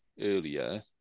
earlier